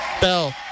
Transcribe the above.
Bell